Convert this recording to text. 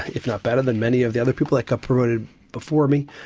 if not better, than many of the other people that got promoted before me.